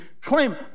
claim